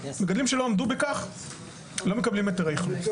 מגדלים שלא עמדו בכך לא מקבלים היתרי אכלוס.